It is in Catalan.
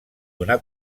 donar